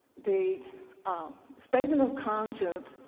the um statement of conscience